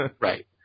right